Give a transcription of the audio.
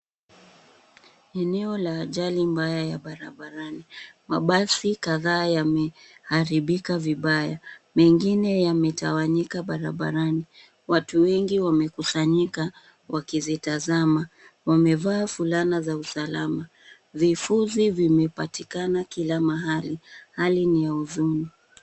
Eneo la ajali mbaya ya barabarani, mabasi kadhaa yameharibika vibaya, mengine yametawanyika barabarani. Watu wengi wamekusanyika, wakizitazama, wamevaa fulana za usalama. Vifuzi vimepatikana kila mahali, hali ni ya huzuni.